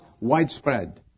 widespread